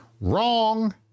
Wrong